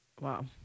Wow